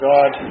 God